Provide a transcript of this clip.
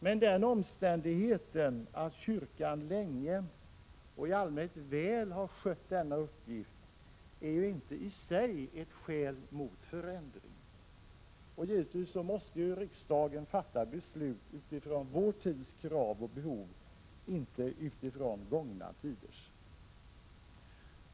Men den omständigheten att kyrkan länge och i allmänhet väl har skött denna uppgift är inte i sig ett skäl mot en förändring. Givetvis måste riksdagen fatta beslut utifrån vår tids krav och behov, inte utifrån gångna tiders.